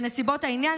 בנסיבות העניין,